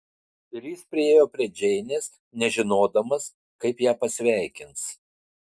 ir jis priėjo prie džeinės nežinodamas kaip ją pasveikins